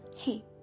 Hey